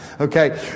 Okay